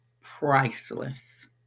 priceless